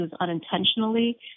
unintentionally